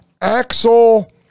Axel